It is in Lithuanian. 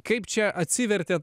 kaip čia atsivertė